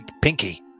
pinky